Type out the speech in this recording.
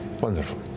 Wonderful